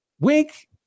Wink